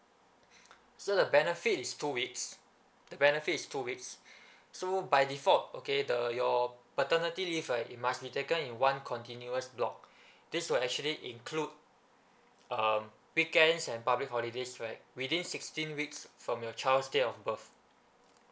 so the benefit is two weeks the benefit is two weeks so by default okay the your paternity leave right it must be taken in one continuous block this will actually include um weekends and public holidays right within sixteen weeks from your child's date of birth